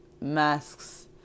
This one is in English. masks